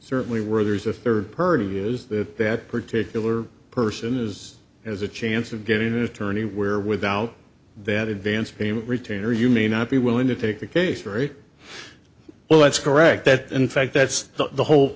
certainly werther's a third party is that that particular person is as a chance of getting an attorney where without that advance payment retainer you may not be willing to take the case very well that's correct that in fact that's the whole